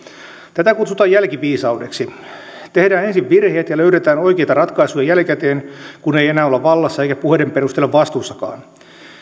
tätä kutsutaan jälkiviisaudeksi tehdään ensin virheet ja löydetään oikeita ratkaisuja jälkikäteen kun ei enää olla vallassa eikä puheiden perusteella vastuussakaan